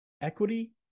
equity